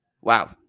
Wow